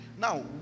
Now